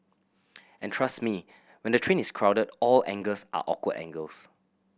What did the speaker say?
and trust me when the train is crowded all angles are awkward angles